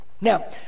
now